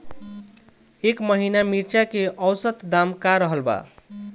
एह महीना मिर्चा के औसत दाम का रहल बा?